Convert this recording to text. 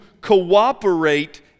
cooperate